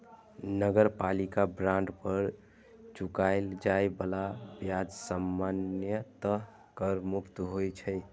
नगरपालिका बांड पर चुकाएल जाए बला ब्याज सामान्यतः कर मुक्त होइ छै